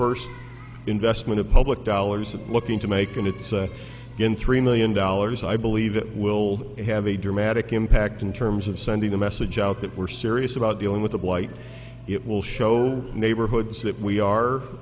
first investment of public dollars looking to make and it's been three million dollars i believe it will have a dramatic impact in terms of sending the message out that we're serious about dealing with the blight it will show neighborhoods that we are